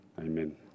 amen